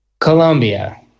Colombia